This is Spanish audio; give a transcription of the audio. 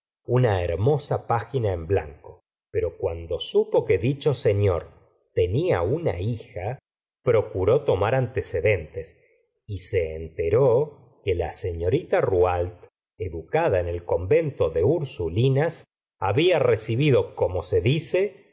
una hermosa página en blanco pero cuando supo que dicho señor tenía una hija procuró tomar antecedentes y se enteró de que la señorita rouault educada en el convento de ursulinas había recibido como se dice